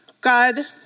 God